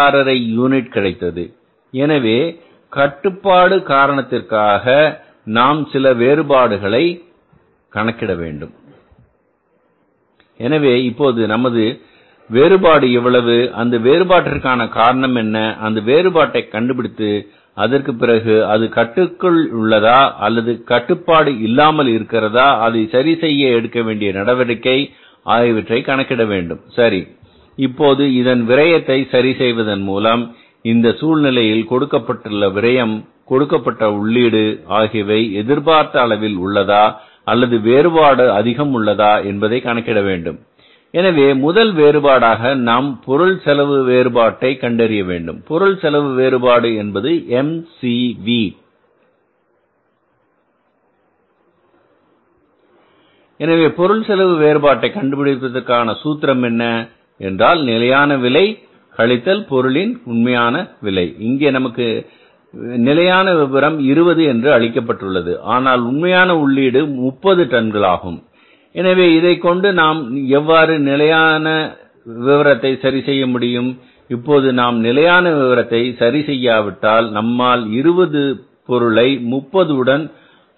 5 unit கிடைத்தது எனவே கட்டுப்பாடு காரணத்திற்காக நாம் சில வேறுபாடுகளை கணக்கிடவேண்டும் எனவே இப்போது நமது வேறுபாடு எவ்வளவு அந்த வேறுபாட்டிற்கான காரணம் என்ன அந்த வேறுபாட்டை கண்டுபிடித்து அதற்கு பிறகு அது கட்டுப்பாட்டிற்குள் உள்ளதா அல்லது கட்டுப்பாடு இல்லாமல் இருக்கிறதா அதை சரி செய்ய எடுக்க வேண்டிய நடவடிக்கை ஆகியவற்றை கணக்கிட வேண்டும் சரி இப்போது இதன் விரயத்தை சரி செய்வதன் மூலம் இந்த சூழ்நிலையில் கொடுக்கப்பட்ட விரையம் கொடுக்கப்பட்ட உள்ளீடு ஆகியவை எதிர்பார்த்த அளவில் உள்ளதா அல்லது வேறுபாடு அதிகம் உள்ளதா என்பதை கணக்கிட வேண்டும் எனவே முதல் வேறுபாடாக நாம் பொருள் செலவு வேறுபாட்டை கண்டறிய வேண்டும் பொருள் செலவு வேறுபாடு என்பது MCV எனவே பொருள் செலவு வேறுபாட்டை கண்டுபிடிப்பதற்கான சூத்திரம் என்ன என்றால் நிலையான விலை கழித்தல் பொருளின் உண்மையான விலை இங்கே நமக்கு நிலையான விபரம் 20 என்று அளிக்கப்பட்டுள்ளது ஆனால் உண்மையான உள்ளீடு 30 டன்கள் ஆகும் எனவே இதை கொண்டு நாம் எவ்வாறு நிலையான விவரத்தை சரி செய்ய முடியும் இப்போது நாம் நிலையான விவரத்தை சரி செய்யாவிட்டால் நம்மால் 20 பொருளை 30 உடன்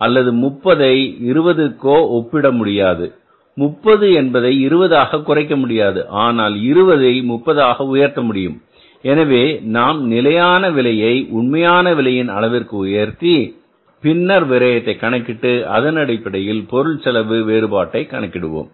அல்லது முப்பதை 20 கோ ஒப்பீடு செய்ய முடியாது 30 என்பதை 20 ஆக குறைக்க முடியாது ஆனால் 20 30 ஆக உயர்த்த முடியும் எனவே நாம் நிலையான விலையை உண்மையான விலையின் அளவிற்கு உயர்த்தி பின்னர் விரயத்தை கணக்கிட்டு அதனடிப்படையில் பொருட்செலவு வேறுபாட்டை கணக்கிடுவோம்